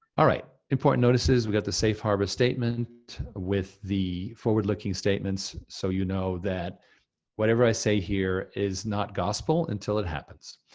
all right, important notices. we got the safe harbor statement with the forward-looking statements, so you know that whatever i say here is not gospel until it happens.